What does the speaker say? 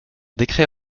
décret